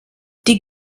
die